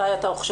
מתי אתה חושב?